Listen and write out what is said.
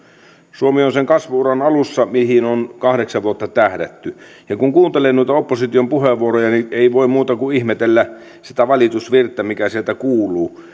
suomi on sen kasvu uran alussa mihin on kahdeksan vuotta tähdätty ja kun kuuntelee noita opposition puheenvuoroja ei voi muuta kuin ihmetellä sitä valitusvirttä mikä sieltä kuuluu